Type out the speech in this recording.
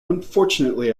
unfortunately